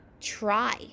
try